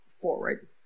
forward